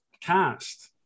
cast